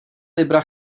libra